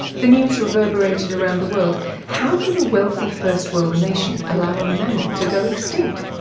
the news reverberated around the world how could a wealthy first-world nation allow a mammal to go extinct?